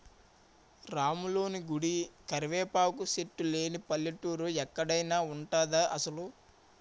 రాములోని గుడి, కరివేపాకు సెట్టు లేని పల్లెటూరు ఎక్కడైన ఉంటదా అసలు?